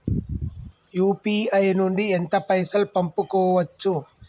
UPI నుండి ఎంత పైసల్ పంపుకోవచ్చు?